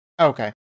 Okay